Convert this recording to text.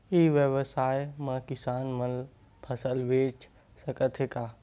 ई व्यवसाय म किसान मन फसल बेच सकथे का?